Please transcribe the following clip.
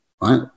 right